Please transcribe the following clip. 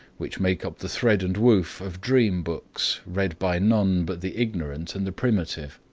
which make up the thread and woof of dream books, read by none but the ignorant and the primitive.